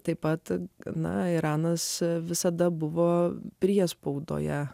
taip pat gana iranas visada buvo priespaudoje